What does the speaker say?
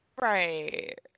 Right